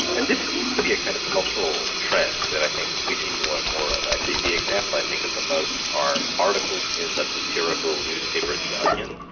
and this seems to be a kind of cultural trend that i think we see more and more of. the the example i think of the most our articles in the satirical newspaper the onion,